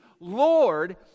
Lord